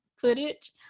footage